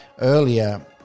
earlier